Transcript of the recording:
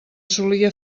solia